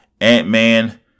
Ant-Man